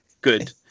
good